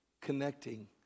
connecting